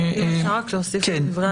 אפשר להוסיף לדברי היו"ר?